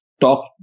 talk